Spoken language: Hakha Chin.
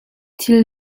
thil